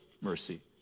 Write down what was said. mercy